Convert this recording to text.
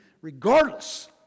regardless